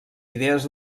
idees